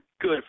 good